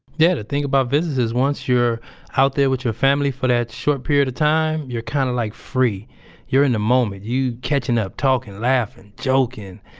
yeah. the thing about visits is, once you're out there with your family for that short period of time, you're kind of like free you're in the moment. you catching up, talking, laughing, joking.